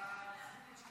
ההצעה